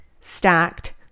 stacked